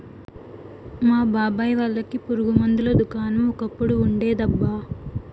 మా బాబాయ్ వాళ్ళకి పురుగు మందుల దుకాణం ఒకప్పుడు ఉండేదబ్బా